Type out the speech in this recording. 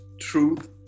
truth